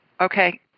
Okay